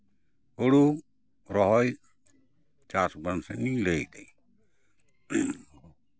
ᱦᱳᱲᱳ ᱨᱚᱦᱚᱭ ᱪᱟᱥᱼᱵᱟᱥ ᱜᱤᱧ ᱞᱟᱹᱭ ᱫᱟᱹᱧ